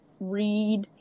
read